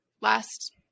last